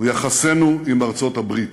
הוא יחסינו עם ארצות-הברית.